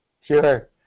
Sure